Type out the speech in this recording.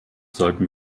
sollten